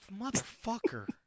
motherfucker